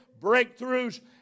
breakthroughs